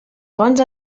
fonts